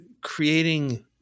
creating